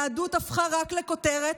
היהדות הפכה רק לכותרת,